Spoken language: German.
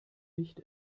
licht